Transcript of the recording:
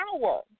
power